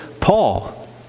Paul